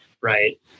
right